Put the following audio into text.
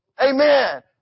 Amen